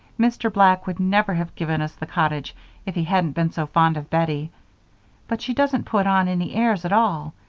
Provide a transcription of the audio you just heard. mr. black would never have given us the cottage if he hadn't been so fond of bettie but she doesn't put on any airs at all.